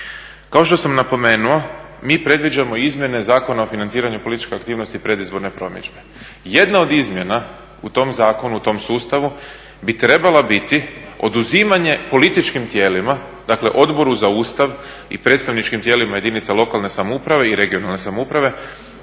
kao što sam napomenuo mi predviđamo izmjene Zakona o financiranju političke aktivnosti i predizborne promidžbe. Jedna od izmjena u tom zakonu, u tom sustavu bi trebala biti oduzimanje političkim tijelima, dakle Odboru za Ustavu i predstavničkim tijelima jedinica lokalne samouprave i regionalne samouprave